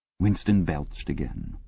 winston belched again.